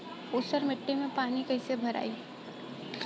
ऊसर मिट्टी में पानी कईसे भराई?